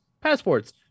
passports